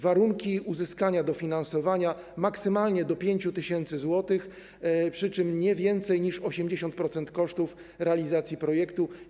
Warunki uzyskania dofinansowania: maksymalnie do 5 tys. zł, przy czym nie więcej niż 80% kosztów realizacji projektu.